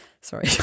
Sorry